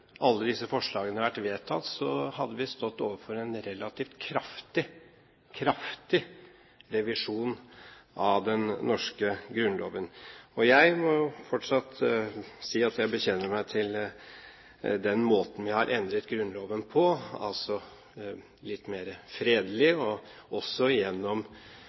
forslagene vært vedtatt, hadde vi stått overfor en relativt kraftig revisjon av den norske grunnloven. Jeg vil fortsatt si at jeg bekjenner meg til den måten vi har endret Grunnloven på, altså litt mer fredelig, også gjennom